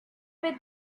with